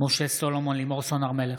משה סולומון, אינו נוכח לימור סון הר מלך,